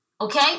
Okay